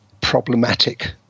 problematic